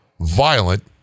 violent